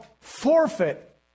forfeit